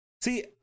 see